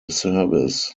service